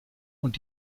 und